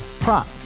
Prop